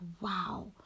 wow